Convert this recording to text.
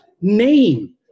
name